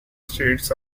states